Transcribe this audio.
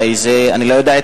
אני לא יודע,